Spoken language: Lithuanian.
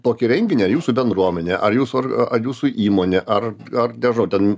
tokį renginį ar jūsų bendruomenė ar jūsų ar jūsų įmonė ar ar nežinau ten